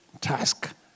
task